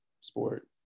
sport